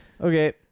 Okay